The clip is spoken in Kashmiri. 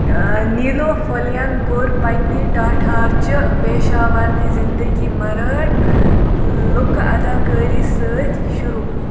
نیٖلوٗ فٔلیَن کوٚر پنٕنہِ ٹاٹھارچہِ پیشاور نہِ زِنٛدگی مَرٲٹھۍ لُکہٕ اداکٲری سۭتۍ شروٗع